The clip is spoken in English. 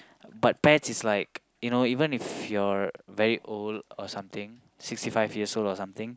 but pets is like you know even if you're very old or something sixty five years old or something